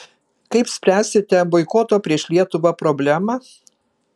kaip spręsite boikoto prieš lietuvą problemą